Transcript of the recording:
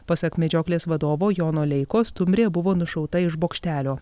pasak medžioklės vadovo jono leikos stumbrė buvo nušauta iš bokštelio